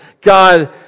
God